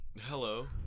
Hello